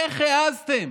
איך העזתם